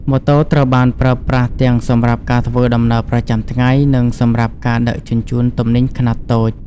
ម៉ូតូត្រូវបានប្រើប្រាស់ទាំងសម្រាប់ការធ្វើដំណើរប្រចាំថ្ងៃនិងសម្រាប់ការដឹកជញ្ជូនទំនិញខ្នាតតូច។